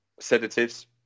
sedatives